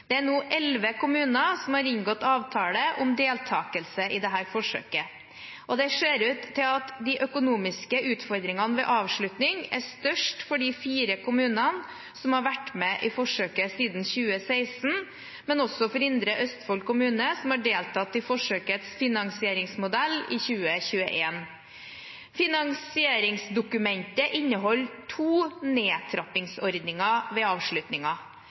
Det er nå elleve kommuner som har inngått avtale om deltakelse i dette forsøket. Det ser ut til at de økonomiske utfordringene ved avslutning er størst for de fire kommunene som har vært med i forsøket siden 2016, men også for Indre Østfold kommune, som har deltatt i forsøkets finansieringsmodell i 2021. Finansieringsdokumentet inneholder to nedtrappingsordninger ved